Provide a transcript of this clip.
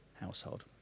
household